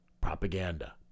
propaganda